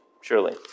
surely